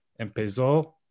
empezó